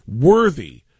worthy